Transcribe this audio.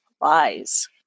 lies